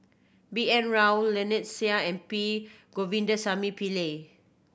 B N Rao Lynnette Seah and P Govindasamy Pillai